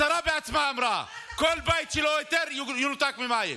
השרה עצמה אמרה: כל בית ללא היתר ינותק ממים.